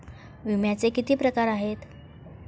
विम्याचे किती प्रकार आहेत?